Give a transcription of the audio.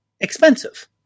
expensive